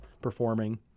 performing